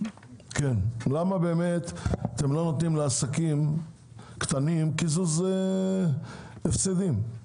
למה אתם לא נותנים לעסקים קטנים קיזוז הפסדים?